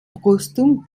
brüstung